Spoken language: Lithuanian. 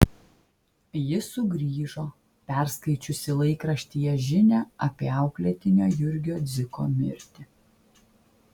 ji sugrįžo perskaičiusi laikraštyje žinią apie auklėtinio jurgio dziko mirtį